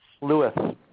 Lewis